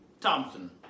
Thompson